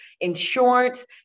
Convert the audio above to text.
insurance